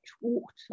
water